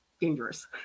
dangerous